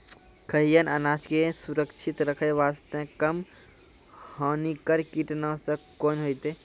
खैहियन अनाज के सुरक्षित रखे बास्ते, कम हानिकर कीटनासक कोंन होइतै?